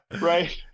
right